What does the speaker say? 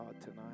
tonight